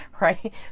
right